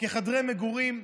לחדרי מגורים,